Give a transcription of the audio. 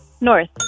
North